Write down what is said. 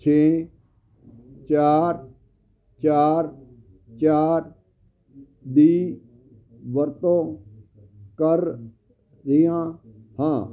ਛੇ ਚਾਰ ਚਾਰ ਚਾਰ ਦੀ ਵਰਤੋਂ ਕਰ ਰਿਹਾ ਹਾਂ